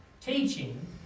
teaching